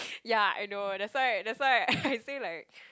yeah I know that's why that's why I say like